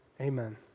Amen